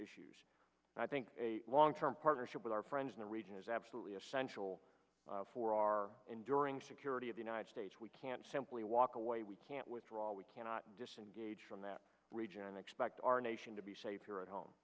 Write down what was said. issues and i think a long term partnership with our friends in the region is absolutely essential for our enduring security of the united states we can't simply walk away we can't withdraw we cannot disengage from that region and expect our nation to be safe here at home